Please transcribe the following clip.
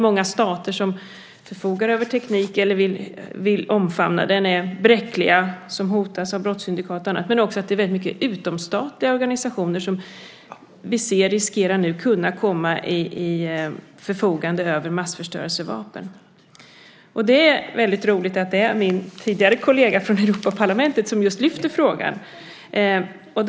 Många stater som förfogar över teknik eller vill omfamna den är bräckliga, hotas av brottssyndikat och annat, men vi ser också väldigt mycket utomstatliga organisationer som riskerar att kunna komma i förfogande av massförstörelsevapen. Det är väldigt roligt att det är min tidigare kollega från Europaparlamentet som just lyfter fram frågan.